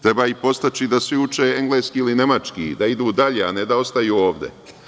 Treba ih podstaći da svi uče engleski ili nemački, da idu dalje, a ne da ostaju ovde.